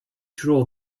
draw